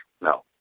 No